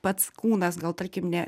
pats kūnas gal tarkim ne